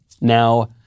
Now